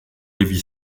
lévi